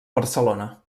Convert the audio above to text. barcelona